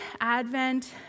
Advent